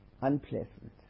unpleasant